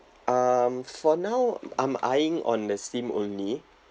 um for now I'm eyeing on the sim only